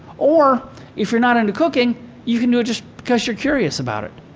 or if you're not into cooking, you can do it just because you're curious about it.